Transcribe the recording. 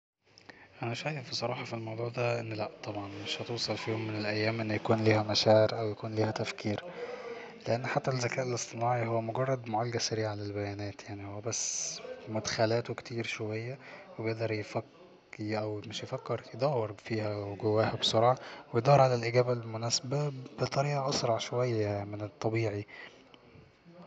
أنا شايف الصراحة في الموضوع دا أن لا طبعا مش هتوصل في يوم من الأيام أن يكون ليها مشاعر أو يكون ليها تفكير لأن حتى الذكاء الاصطناعي هو مجرد معالجة سريعة للبيانات يعني هو بس مدخلاته كتير شوية وبيقدر يفك أو مش يفكر يدور فيها وجواها بسرعة ويدور على الإجابة المناسبة بطريقة أسرع شوية يعني من الطبيعي